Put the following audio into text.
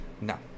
no